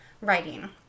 writing